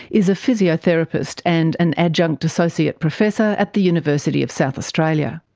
is a physiotherapist and an adjunct associate professor at the university of south australia.